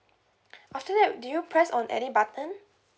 after that did you press on any button